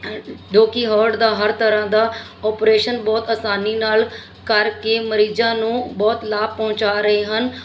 ਜੋ ਕਿ ਹਾਰਟ ਦਾ ਹਰ ਤਰ੍ਹਾਂ ਦਾ ਓਪਰੇਸ਼ਨ ਬਹੁਤ ਆਸਾਨੀ ਨਾਲ ਕਰਕੇ ਮਰੀਜ਼ਾਂ ਨੂੰ ਬਹੁਤ ਲਾਭ ਪਹੁੰਚਾ ਰਹੇ ਹਨ